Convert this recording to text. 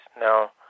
now